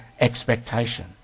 expectation